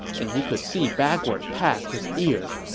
and he could see backward past his ears.